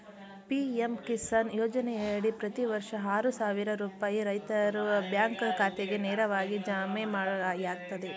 PM Kisan ಯೋಜನೆಯಡಿ ಪ್ರತಿ ವರ್ಷ ಆರು ಸಾವಿರ ರೂಪಾಯಿ ರೈತರ ಬ್ಯಾಂಕ್ ಖಾತೆಗೆ ನೇರವಾಗಿ ಜಮೆಯಾಗ್ತದೆ